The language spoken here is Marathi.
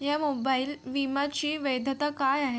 या मोबाईलविमाची वैधता काय आहे